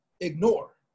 ignore